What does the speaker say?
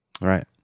Right